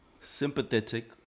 sympathetic